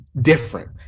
different